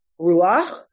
Ruach